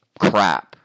crap